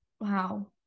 wow